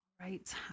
Right